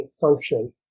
function